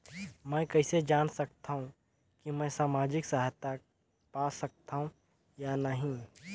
मै कइसे जान सकथव कि मैं समाजिक सहायता पा सकथव या नहीं?